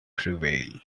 prevail